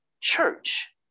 church